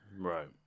Right